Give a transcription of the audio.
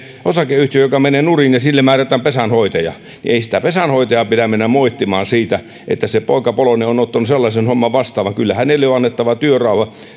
osakeyhtiö joka menee nurin ja sille määrätään pesänhoitaja niin ei sitä pesänhoitajaa pidä mennä moittimaan siitä että se poika poloinen on ottanut sellaisen homman vastaan vaan kyllä hänelle on annettava työrauha